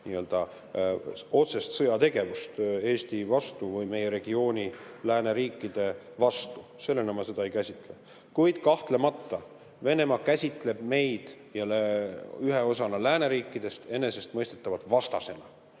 nii-öelda otsest sõjategevust Eesti vastu või meie regiooni, lääneriikide vastu. Sellena ma seda ei käsitle. Kuid kahtlemata Venemaa käsitleb meid ühe osana lääneriikidest enesestmõistetavalt vastasena.